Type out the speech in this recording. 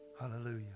Hallelujah